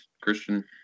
Christian